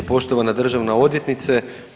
Poštovana državna odvjetnice.